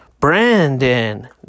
Brandon